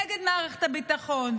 נגד מערכת הביטחון.